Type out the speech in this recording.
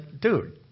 dude